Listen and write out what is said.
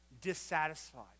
dissatisfied